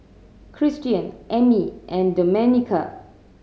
Christian Ammie and Domenica